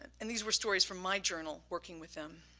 and these were stories from my journal working with them.